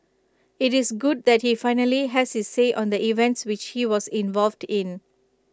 IT is good that he finally has his say on the events which he was involved in